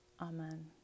Amen